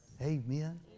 Amen